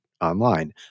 online